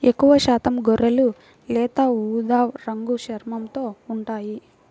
ఎక్కువశాతం గొర్రెలు లేత ఊదా రంగు చర్మంతో ఉంటాయి